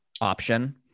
option